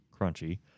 crunchy